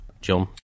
John